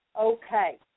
okay